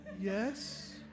yes